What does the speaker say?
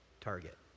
target